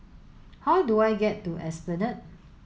how do I get to Esplanade